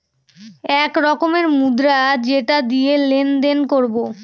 এক রকমের মুদ্রা যেটা দিয়ে লেনদেন করবো